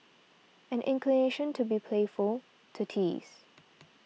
an inclination to be playful to tease